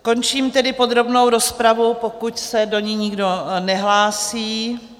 Končím tedy podrobnou rozpravu, pokud se do ní nikdo nehlásí.